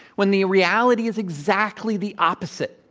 when the reality is exactly the opposite.